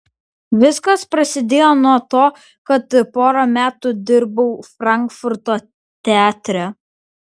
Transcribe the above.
viskas prasidėjo nuo to kad porą metų dirbau frankfurto teatre